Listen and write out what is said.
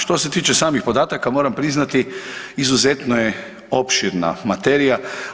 Što se tiče samih podataka moram priznati izuzetno je opširna materija.